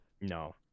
No